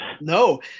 no